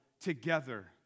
together